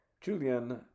julian